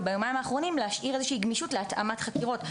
וביומיים האחרונים להשאיר גמישות להתאמת חקירות,